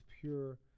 pure